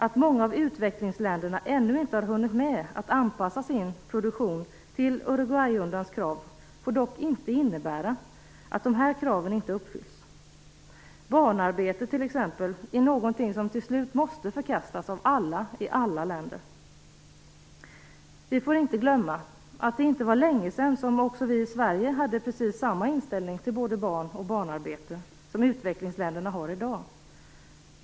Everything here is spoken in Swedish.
Att många av utvecklingsländerna ännu inte har hunnit med att anpassa sin produktion till Uruguayrundans krav, får inte innebära att dessa krav inte uppfylls. Barnarbete är exempelvis något som till slut måste förkastas av alla i alla länder. Vi får inte glömma att det inte är länge sedan vi i Sverige hade samma inställning till barn och barnarbete som utvecklingsländerna har i dag.